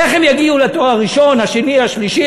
איך הם יגיעו לתואר הראשון, השני, השלישי?